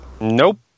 Nope